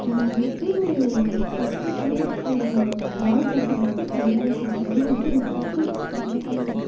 நான் வந்துட்டு first time ஒரு வாழ்த்து அட்டை வந்துட்டு கையால் செஞ்சேன் அதுவும் வந்துட்டு எனக்கு ஒரு பிடிச்ச பையனுக்காக செஞ்சேன்